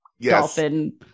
dolphin